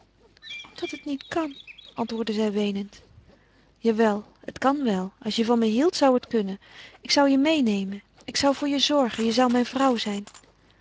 omdat het niet kan antwoordde zij weenend jawel het kan wel als je van me hieldt zou het kunnen ik zou je meênemen ik zou voor je zorgen je zou mijn vrouw zijn